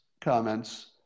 comments